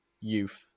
youth